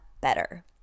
better